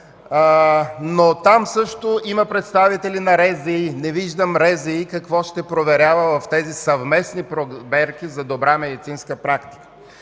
но там също има представители на РЗИ. Не виждам какво ще проверява РЗИ в тези съвместни проверки за добра медицинска практика?